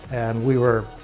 and we were,